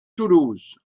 toulouse